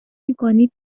میکنید